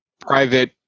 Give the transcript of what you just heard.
private